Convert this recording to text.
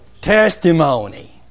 testimony